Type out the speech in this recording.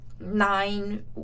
nine